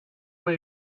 may